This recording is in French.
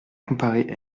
comparée